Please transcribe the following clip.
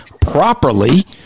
properly